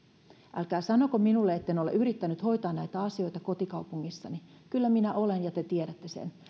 älkää sanoko minulle etten ole yrittänyt hoitaa näitä asioita kotikaupungissani kyllä minä olen ja te tiedätte sen